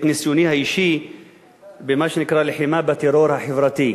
ניסיוני האישי במה שנקרא לחימה בטרור החברתי.